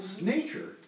nature